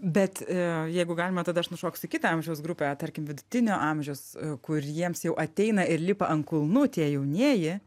bet jeigu galima tada aš nušoksiu į kitą amžiaus grupę tarkim vidutinio amžiaus kuriems jau ateina ir lipa ant kulnų tie jaunieji